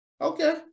Okay